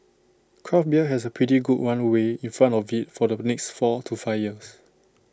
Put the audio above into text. craft beer has A pretty good runway in front of IT for the next four to five years